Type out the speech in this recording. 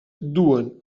duen